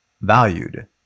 valued